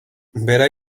bera